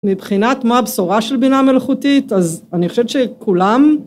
מבחינת מה הבשורה של בינה מלאכותית אז אני חושב שכולם